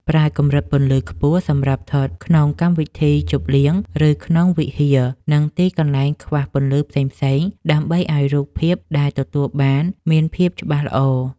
ប្រើកម្រិតពន្លឺខ្ពស់សម្រាប់ថតក្នុងកម្មវិធីជប់លៀង ឬក្នុងវិហារ និង ទីកន្លែងខ្វះពន្លឺផ្សេងៗដើម្បីឱ្យរូបភាពដែលទទួលបានមានភាពច្បាស់ល្អ។